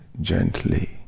gently